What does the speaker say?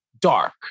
dark